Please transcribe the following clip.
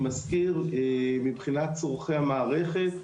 אני מזכיר שמבחינת צורכי המערכת,